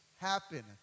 happen